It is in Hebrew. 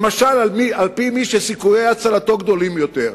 למשל על-פי מי שסיכויי הצלתו גדולים יותר.